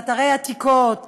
לאתרי עתיקות,